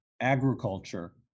agriculture